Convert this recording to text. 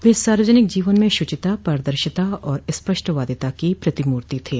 वह सार्वजनिक जीवन में शूचिता पारदर्शिता और स्पष्टवादिता की प्रतिमूर्ति थे